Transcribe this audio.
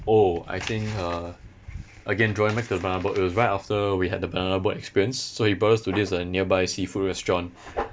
oh I think uh again drawing back to the banana boat it was right after we had the banana boat experience so he brought us to this uh nearby seafood restaurant